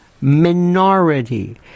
minority